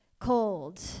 cold